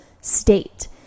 state